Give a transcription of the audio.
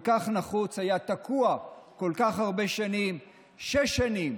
כל כך נחוץ, היה תקוע כל כך הרבה שנים שש שנים,